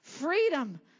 Freedom